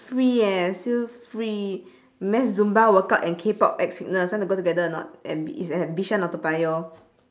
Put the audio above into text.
free eh still free mass zumba workout and k-pop X fitness want to go together or not at it's at bishan or toa payoh